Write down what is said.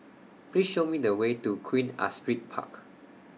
Please Show Me The Way to Queen Astrid Park